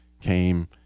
came